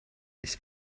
ich